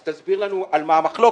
אז תסביר לנו על מה המחלוקת.